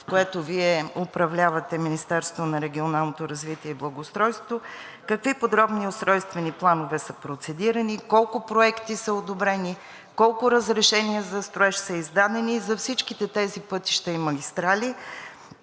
в което Вие управлявате Министерството на регионалното развитие и благоустройството, какви подробни устройствени планове са процедирани, колко проекти са одобрени, колко разрешения за строеж са издадени за всичките тези пътища и магистрали,